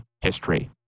history